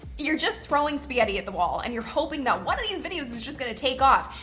you're just throwing spaghetti at the wall and you're hoping that one of these videos is just going to take off.